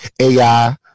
AI